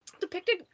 depicted